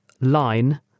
line